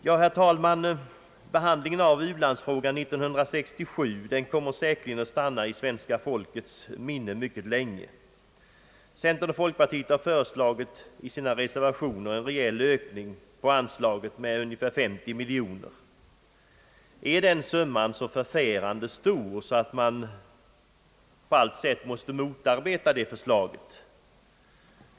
Ja, herr talman, behandlingen av ulandsfrågan 1967 kommer säkerligen att stanna mycket länge i svenska folkets minne. Centern och folkpartiet har i sina reservationer föreslagit en ökning av anslaget med 50 miljoner kronor. Är den summan så förfärande stor att man på allt sätt måste motarbeta detta förslag.